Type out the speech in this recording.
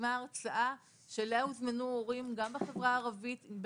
התקיימה הרצאה שאליה הוזמנו הורים גם בחברה הערבית עם